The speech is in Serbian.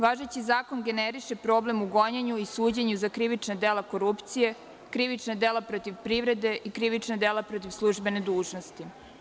Važeći zakon generiše problem u gonjenju i suđenju za krivična dela korupcije, krivična dela protiv privede i krivična dela protiv službene dužnosti.